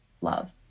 love